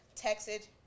texted